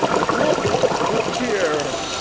that look'd with cheer.